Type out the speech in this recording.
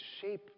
shape